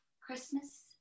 Christmas